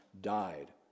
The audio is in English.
died